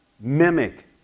Mimic